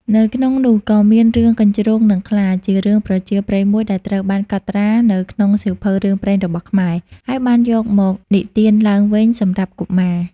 នៅក្នុងនោះក៏មានរឿង កញ្ជ្រោងនិងខ្លា ជារឿងប្រជាប្រិយមួយដែលត្រូវបានកត់ត្រានៅក្នុងសៀវភៅរឿងព្រេងរបស់ខ្មែរ ហើយបានយកមកនិទានឡើងវិញសម្រាប់កុមារ។